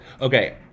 Okay